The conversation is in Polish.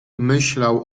myślał